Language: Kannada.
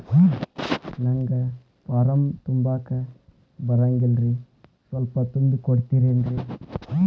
ನಂಗ ಫಾರಂ ತುಂಬಾಕ ಬರಂಗಿಲ್ರಿ ಸ್ವಲ್ಪ ತುಂಬಿ ಕೊಡ್ತಿರೇನ್ರಿ?